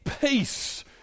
peace